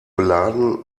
beladen